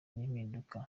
n’impinduka